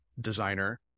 designer